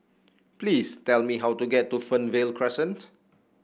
please tell me how to get to Fernvale Crescent